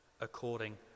according